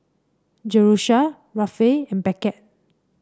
Jerusha Rafe and Beckett